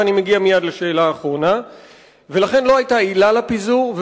ומכיוון שכך לא היתה עילה לפיזור,